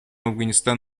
афганистан